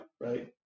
right